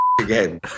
again